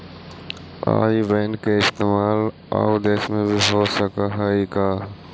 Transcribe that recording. आई बैन के इस्तेमाल आउ देश में भी हो सकऽ हई का?